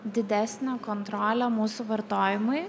didesnė kontrolė mūsų vartojimui